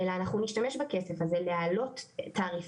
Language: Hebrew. אלא אנחנו נשתמש בכסף הזה על מנת להעלות תעריפים